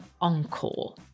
encore